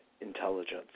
intelligence